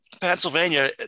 Pennsylvania